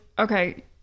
Okay